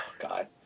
God